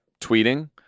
tweeting